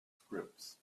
scripts